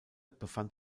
befand